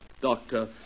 Doctor